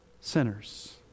sinners